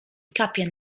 kapie